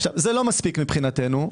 זה לא מספיק מבחינתנו.